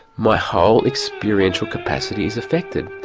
my whole experiential capacity is affected.